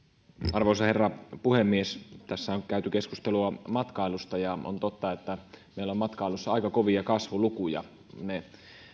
arvoisa herra puhemies tässä on käyty keskustelua matkailusta ja on totta että meillä on matkailussa aika kovia kasvulukuja ne